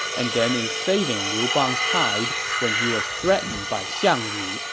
and then in saving liu bang's hide when he was threatened by xiang yu,